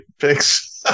picks